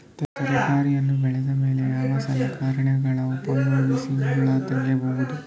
ತರಕಾರಿ ಬೆಳದ ಮೇಲೆ ಯಾವ ಸಲಕರಣೆಗಳ ಉಪಯೋಗಿಸಿ ಹುಲ್ಲ ತಗಿಬಹುದು?